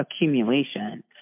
accumulation